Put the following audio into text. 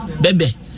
baby